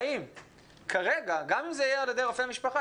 גם אם זה יהיה על ידי רופא משפחה,